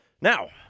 Now